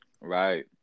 Right